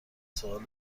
سوال